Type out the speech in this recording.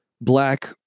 Black